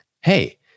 Hey